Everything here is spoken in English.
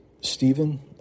Stephen